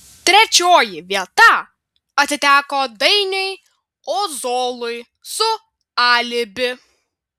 trečioji vieta atiteko dainiui ozolui su alibi